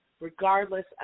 regardless